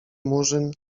murzyn